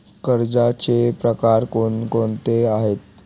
कर्जाचे प्रकार कोणकोणते आहेत?